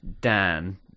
Dan